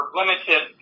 limited